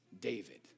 David